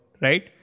right